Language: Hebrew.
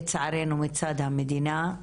לצערנו מצד המדינה,